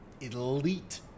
elite